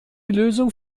lösung